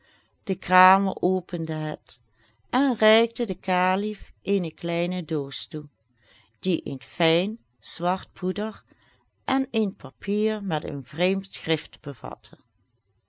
de kramer opende het en reikte den kalif eene kleine doos toe die een fijn zwart poeder en een papier met een vreemd schrift bevatte